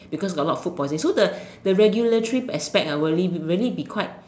because got a lot of food poisoning so the the regulatory aspect will really be quite